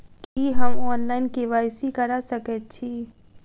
की हम online, KYC करा सकैत छी?